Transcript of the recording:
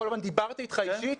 דיברתי איתך אישית.